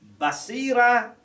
Basira